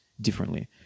differently